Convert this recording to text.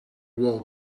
wool